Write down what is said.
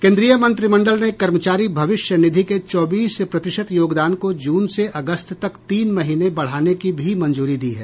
केन्द्रीय मंत्रिमंडल ने कर्मचारी भविष्य निधि के चौबीस प्रतिशत योगदान को जून से अगस्त तक तीन महीने बढाने की भी मंजूरी दी है